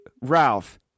Ralph